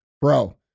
bro